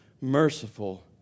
merciful